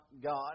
God